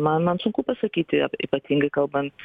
man man sunku pasakyti ypatingai kalbant